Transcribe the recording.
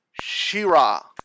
Shira